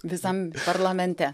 visam parlamente